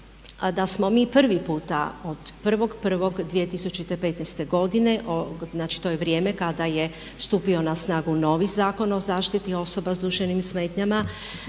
da smo mi prvi puta od 1.1.2015. godine, znači to je vrijeme kada je stupio na snagu novi Zakon o zaštiti osoba sa duševnim smetnjama.